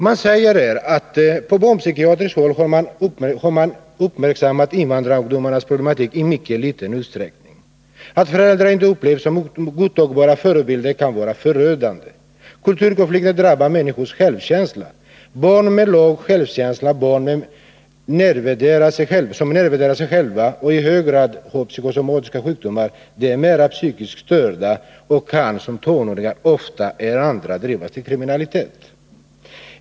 Man säger där: ”På barnpsykiatriskt håll har man uppmärksammat invandrarbarnens problematik i mycket liten utsträckning. Att föräldrar inte upplevs som godtagbara förebilder kan vara förödande. Kulturkonflikter drabbar människors självkänsla. Barn med låg självkänsla, barn som nedvärderar sig själva har i hög grad psykosomatiska sjukdomar, de är mera psykiskt störda och kan som tonåringar oftare än andra drivas till kriminalitet.